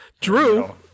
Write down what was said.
Drew